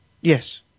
Yes